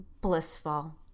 blissful